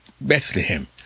Bethlehem